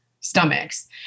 stomachs